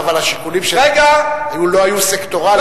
אבל השיקולים לא היו סקטוריאליים.